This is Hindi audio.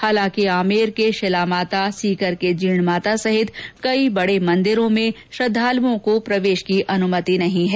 हालांकि आमेर के शिलामाता सीकर के जीणमाता सहित कई बड़े मंदिरों में श्रद्दालुओं को प्रवेश की अनुमति नहीं है